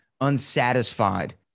unsatisfied